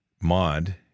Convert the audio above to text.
mod